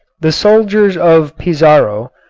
the soldiers of pizarro,